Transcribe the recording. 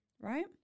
Right